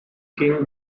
king